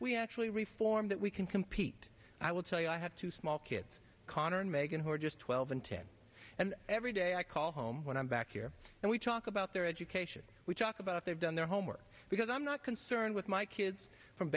we actually reform that we can compete i will tell you i have two small kids connor and megan who are just twelve and ten and every day i call home when i'm back here and we talk about their education we talk about if they've done their homework because i'm not concerned with my kids from